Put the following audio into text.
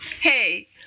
Hey